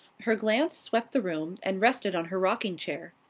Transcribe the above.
her glance swept the room, and rested on her rocking chair.